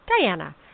Diana